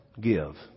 give